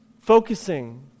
Focusing